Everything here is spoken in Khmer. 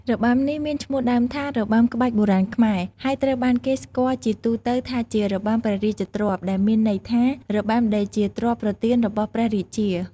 របាំនេះមានឈ្មោះដើមថា របាំក្បាច់បុរាណខ្មែរ ហើយត្រូវបានគេស្គាល់ជាទូទៅថាជា "របាំព្រះរាជទ្រព្យ" ដែលមានន័យថា "របាំដែលជាទ្រព្យប្រទានរបស់ព្រះរាជា"។